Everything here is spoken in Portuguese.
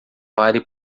pare